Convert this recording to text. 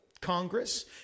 Congress